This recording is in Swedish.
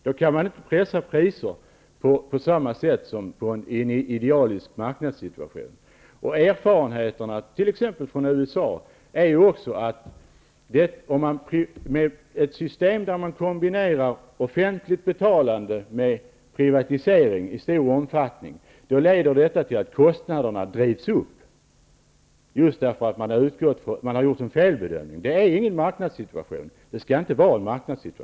Därför kan man inte pressa priser på samma sätt som i en idealisk marknadssituation. Erfarenheterna från t.ex. USA visar ju också att ett system med en kombination av offentligt betalande och privatisering i stor omfattning leder till att kostnaderna drivs upp just för att man har gjort en felbedömning. Det är inte fråga om någon marknadssituation, och det skall det inte heller vara.